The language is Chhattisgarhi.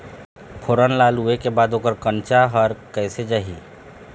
फोरन ला लुए के बाद ओकर कंनचा हर कैसे जाही?